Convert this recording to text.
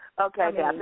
Okay